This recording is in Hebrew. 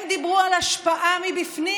הם דיברו על השפעה מבפנים.